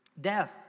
Death